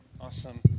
Awesome